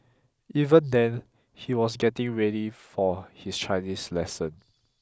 even then he was getting ready for his Chinese lesson